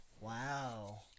Wow